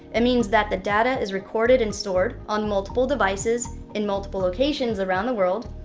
it means that the data is recorded and stored on multiple devices in multiple locations around the world,